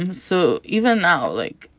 and so even now, like,